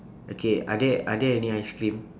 okay are there are there any ice cream